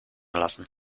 lassen